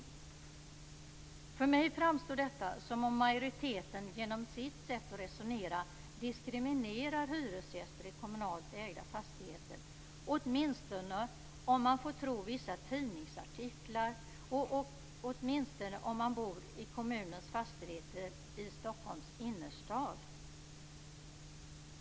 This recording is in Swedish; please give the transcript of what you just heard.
För mig framstår detta som om majoriteten genom sitt sätt att resonera diskriminerar hyresgäster i kommunalt ägda fastigheter, åtminstone om man får tro vissa tidningsartiklar och åtminstone om man bor i kommunens fastigheter i Stockholms innerstad.